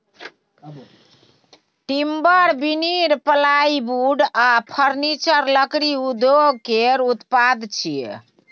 timber, veneer, plywood आ furniture लकड़ी उद्योग केर उत्पाद छियै